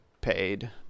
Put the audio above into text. paid